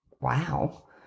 wow